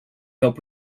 help